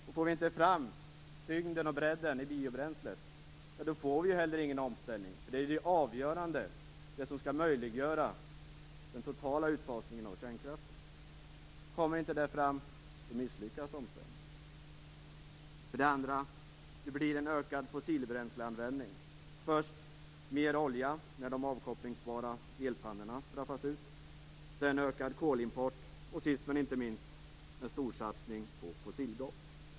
Om vi inte får fram tyngden och bredden i biobränslet, då får vi inte heller någon omställning, eftersom det är det avgörande och det som skall möjliggöra den totala utfasningen av kärnkraften. Om inte detta kommer fram misslyckas omställningen. För det andra blir det en ökad fossilbränsleanvändning. Först mer olja när de avkopplingsbara elpannorna straffas ut, sedan ökad kolimport och sist men inte minst en storsatsning på fossilgas.